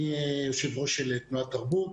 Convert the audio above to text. אני יושב ראש של תנועת תרבות.